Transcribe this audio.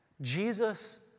Jesus